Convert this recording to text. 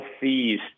fees